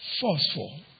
forceful